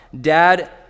dad